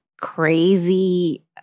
crazy